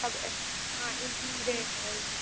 सब हाँ इन्क्लुडेड है उसमें